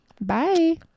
bye